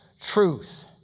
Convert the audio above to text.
truth